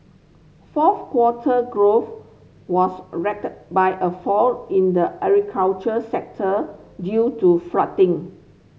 fourth quarter growth was by a fall in the agricultural sector due to flooding